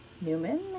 Newman